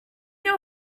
know